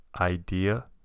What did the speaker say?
idea